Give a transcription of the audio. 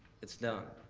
it's done.